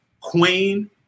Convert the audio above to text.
queen